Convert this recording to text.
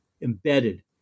embedded